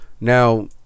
Now